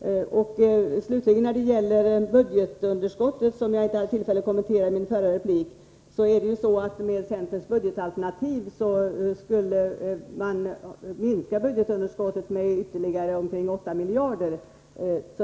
När det slutligen gäller budgetunderskottet, som jag inte hade tillfälle att kommentera i min förra replik, vill jag säga att med centerns budgetalternativ skulle budgetunderskottet minska med ytterligare omkring 8 miljarder kronor.